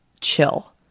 chill